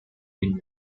been